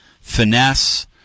finesse